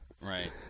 Right